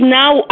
now